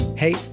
Hey